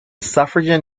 suffragan